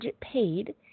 Paid